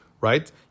right